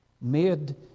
made